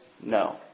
no